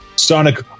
Sonic